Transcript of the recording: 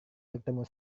bertemu